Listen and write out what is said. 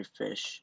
fish